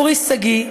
אורי שגיא,